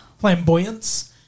flamboyance